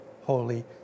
holy